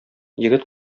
егет